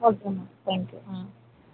okay ma'am thank you ah